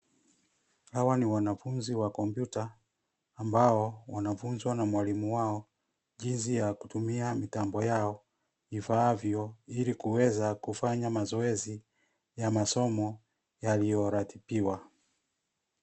Hawa ni wanafunzi wa kompyuta ambao wanafunzwa na mwalimu wao jinsi ya kutumia mitambo yao ifaavyo ili kuweza kufanya mazoezi ya masomo yaliyoratibiwa.